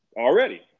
already